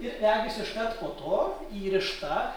ir regis iškart po to įrišta